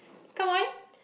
come on